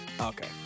Okay